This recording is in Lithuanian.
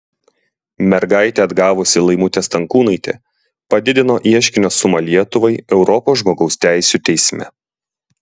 mergaitę atgavusi laimutė stankūnaitė padidino ieškinio sumą lietuvai europos žmogaus teisių teisme